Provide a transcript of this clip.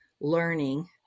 Learning